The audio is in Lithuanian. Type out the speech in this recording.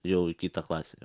jau į kitą klasę